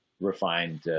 refined